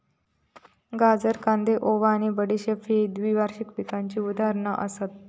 गाजर, कांदे, ओवा आणि बडीशेप हयते द्विवार्षिक पिकांची उदाहरणा हत